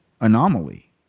anomaly